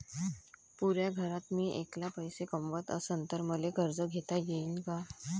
पुऱ्या घरात मी ऐकला पैसे कमवत असन तर मले कर्ज घेता येईन का?